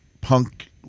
punk